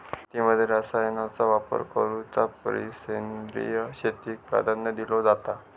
शेतीमध्ये रसायनांचा वापर करुच्या परिस सेंद्रिय शेतीक प्राधान्य दिलो जाता